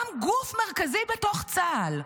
גם גוף מרכזי בתוך צה"ל,